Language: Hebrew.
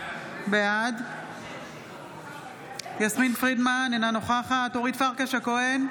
בעד יסמין פרידמן, אינה נוכחת אורית פרקש הכהן,